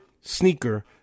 sneaker